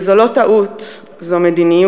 וזו לא טעות, זו מדיניות